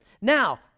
Now